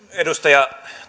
edustaja